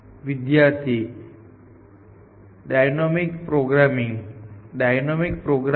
વિદ્યાર્થી dynamic programming dynamic programming